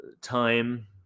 time